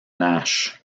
nash